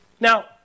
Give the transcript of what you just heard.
Now